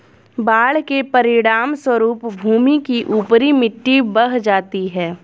बाढ़ के परिणामस्वरूप भूमि की ऊपरी मिट्टी बह जाती है